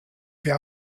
wer